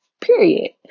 period